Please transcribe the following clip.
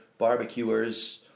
barbecuers